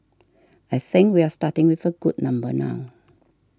I think we are starting with a good number now